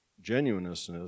genuineness